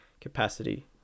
capacity